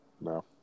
No